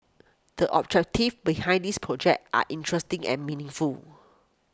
the objectives behind this project are interesting and meaningful